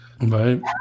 Right